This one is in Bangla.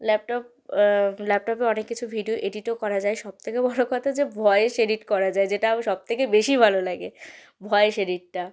ল্যাপটপ ল্যাপটপে অনেক কিছু ভিডিও এডিটও করা যায় সব থেকে বড়ো কথা যে ভয়েস এডিট করা যায় যেটা আমার সব থেকে বেশি ভালো লাগে ভয়েস এডিটটা